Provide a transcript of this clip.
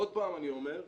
עוד פעם אני אומר,